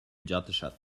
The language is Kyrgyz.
жатышат